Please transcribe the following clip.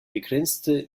begrenzte